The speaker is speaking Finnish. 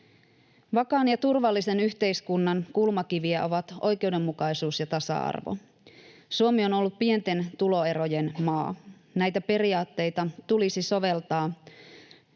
Vakaan ja turvallisen yhteiskunnan kulmakiviä ovat oikeudenmukaisuus ja tasa-arvo. Suomi on ollut pienten tuloerojen maa. Näitä periaatteita tulisi soveltaa